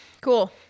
cool